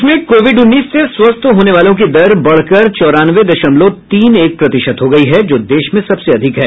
प्रदेश में कोविड उन्नीस से स्वस्थ होने वालों की दर बढ़कर चौरानवे दशमलव तीन एक प्रतिशत हो गई है जो देश में सबसे अधिक है